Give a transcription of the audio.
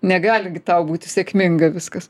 negali gi tau būti sėkminga viskas